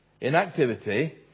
inactivity